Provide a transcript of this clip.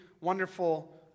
wonderful